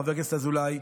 חבר הכנסת אזולאי,